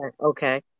Okay